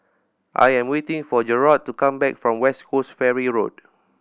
I am waiting for Jarrod to come back from West Coast Ferry Road